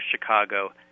Chicago